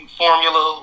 formula